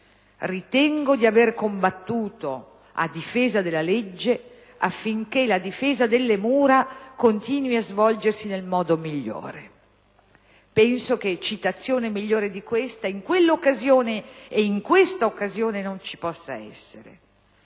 Ritengo di avere combattuto a difesa della legge affinché la difesa delle mura continui a svolgersi nel modo migliore». Penso che citazione migliore di questa, in quella occasione ed in questa occasione, non ci possa essere